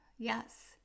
Yes